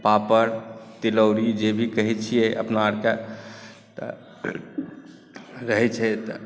पापड़ तिलौड़ी जे भी कहैत छियै अपना आरकेँ तऽ रहैत छै तऽ